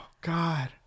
God